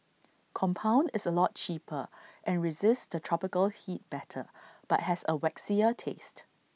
compound is A lot cheaper and resists the tropical heat better but has A waxier taste